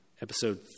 episode